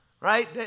Right